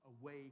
away